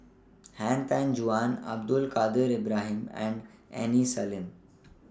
Han Tan Juan Abdul Kadir Ibrahim and Aini Salim